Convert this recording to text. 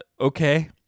okay